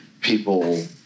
people